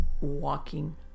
walking